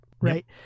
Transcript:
right